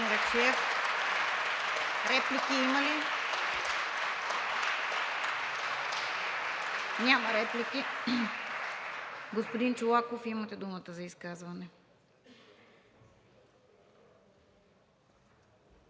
Реплики има ли? Няма. Господин Чолаков, имате думата за изказване.